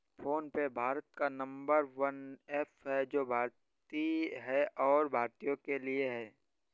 phone पे भारत का number one app है जो की भारतीय है और भारतीयों के लिए है